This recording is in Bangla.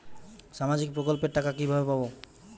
সামাজিক প্রকল্পের টাকা কিভাবে পাব?